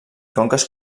conques